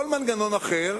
כל מנגנון אחר